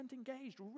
engaged